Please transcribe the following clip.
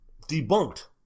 debunked